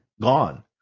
gone